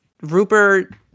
Rupert